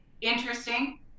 interesting